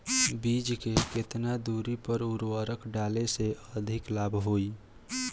बीज के केतना दूरी पर उर्वरक डाले से अधिक लाभ होई?